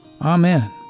Amen